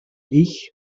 ich